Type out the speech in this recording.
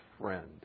friend